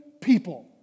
people